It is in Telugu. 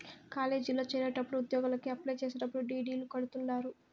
కాలేజీల్లో చేరేటప్పుడు ఉద్యోగలకి అప్లై చేసేటప్పుడు డీ.డీ.లు కడుతుంటారు